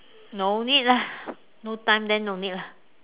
no need lah no time then no need lah